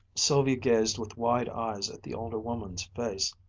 sylvia gazed with wide eyes at the older woman's face,